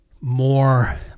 more